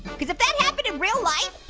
cause if that happened in real life,